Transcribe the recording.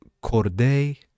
Corday